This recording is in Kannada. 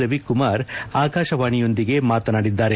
ರವಿಕುಮಾರ್ ಅಕಾಶವಾಣಿಯೊಂದಿಗೆ ಮಾತನಾಡಿದ್ದಾರೆ